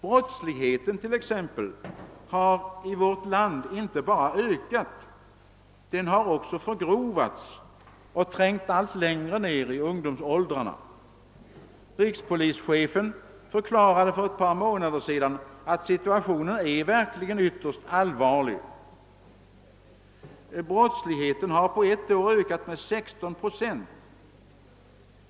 Brottsligheten t.ex. har i vårt land inte bara ökat — den har också förgrovats och trängt allt längre ned i ung: domsåldrarna. Rikspolischefen förklarade för ett par månader sedan att situationen verkligen är ytterst allvarlig. Brottsligheten har på ett år ökat med 16 procent.